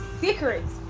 secrets